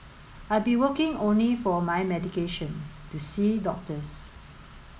I'd be working only for my medication to see doctors